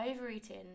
Overeating